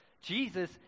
Jesus